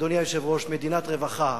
אדוני היושב-ראש, מדינת רווחה,